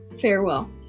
farewell